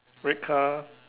red car